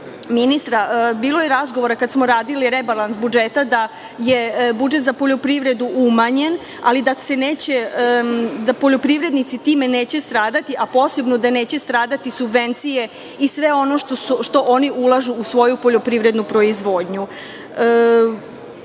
ministra, bilo je razgovora kada smo radili rebalans budžeta da je budžet za poljoprivredu umanjen, ali da se neće, da poljoprivrednici time neće stradati, a posebno da neće stradati subvencije sve ono što oni ulažu u svoju poljoprivrednu proizvodnju. Molim